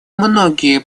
многие